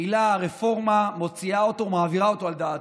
המילה "רפורמה" מוציאה אותו, מעבירה אותו על דעתו,